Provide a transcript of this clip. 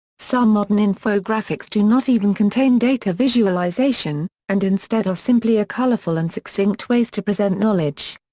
some modern infographics do not even contain data visualization, and instead are simply a colorful and succinct ways to present knowledge.